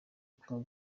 ubukungu